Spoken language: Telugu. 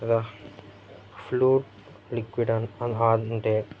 flute liquid oil and horn అంటే